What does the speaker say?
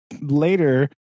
later